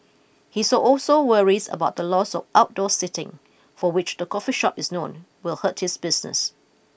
he's also worries about the loss of outdoor seating for which the coffee shop is known will hurt his business